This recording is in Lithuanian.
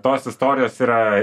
tos istorijos yra